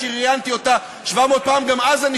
ובצדק,